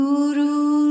Guru